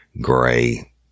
gray